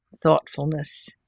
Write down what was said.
thoughtfulness